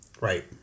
Right